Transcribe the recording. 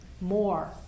More